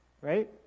right